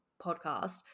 podcast